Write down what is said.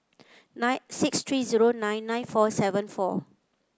nine six three zero nine nine four seven four